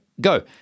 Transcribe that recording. go